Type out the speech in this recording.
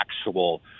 actual